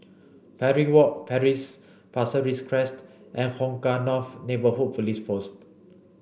Parry Walk Pasir Ris Crest and Hong Kah North Neighbourhood Police Post